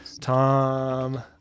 Tom